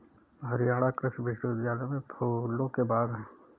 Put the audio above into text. हरियाणा कृषि विश्वविद्यालय में फूलों के बाग हैं